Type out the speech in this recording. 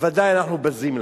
בוודאי אנחנו בזים לה.